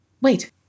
Wait